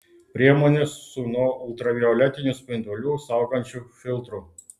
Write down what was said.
priemonės su nuo ultravioletinių spindulių saugančiu filtru